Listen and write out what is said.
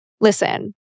Listen